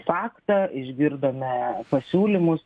faktą išgirdome pasiūlymus